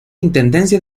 intendencia